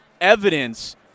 evidence